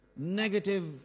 Negative